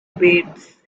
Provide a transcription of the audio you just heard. bates